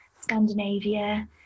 Scandinavia